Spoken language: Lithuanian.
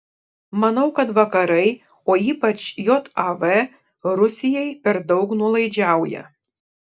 manau kad vakarai o ypač jav rusijai per daug nuolaidžiauja